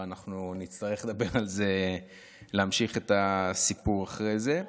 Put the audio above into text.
ונצטרך להמשיך את הסיפור אחרי זה.